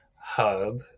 hub